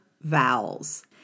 vowels